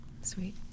Sweet